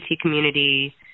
community